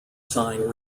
sign